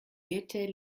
guettait